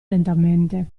lentamente